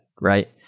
Right